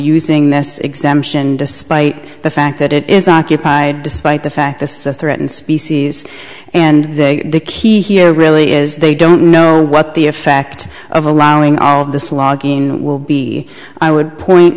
using this exemption despite the fact that it is occupied despite the fact this is a threatened species and they the key here really is they don't know what the effect of allowing all of this logging will be i would point